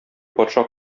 патша